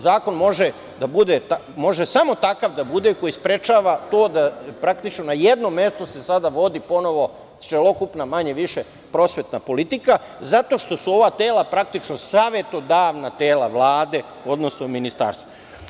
Zakon može samo takav da bude koji sprečava to da se sada praktično na jednom mestu vodi ponovo celokupna manje-više prosvetna politika, zato što su ova tela praktično savetodavna tela Vlade, odnosno ministarstva.